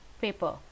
paper